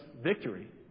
victory